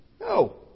no